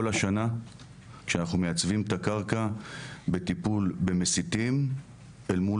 השנה כשאנחנו מייצבים את הקרקע בטיפול במסיתים אל מול